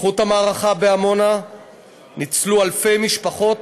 בזכות המערכה בעמונה ניצלו אלפי משפחות